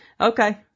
Okay